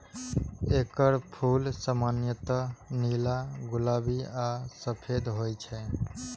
एकर फूल सामान्यतः नीला, गुलाबी आ सफेद होइ छै